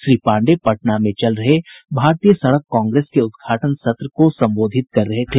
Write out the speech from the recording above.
श्री पाण्डेय पटना में चल रहे भारतीय सड़क कांग्रेस के उद्घाटन सत्र को संबोधित कर रहे थे